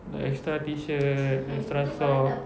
like extra T-shirt extra sock